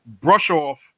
brush-off